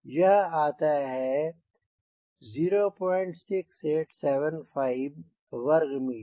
यह आता है 06875 वर्ग मीटर